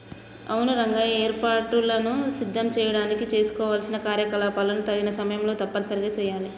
అవును రంగయ్య ఏర్పాటులను సిద్ధం చేయడానికి చేసుకోవలసిన కార్యకలాపాలను తగిన సమయంలో తప్పనిసరిగా సెయాలి